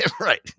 Right